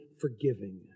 forgiving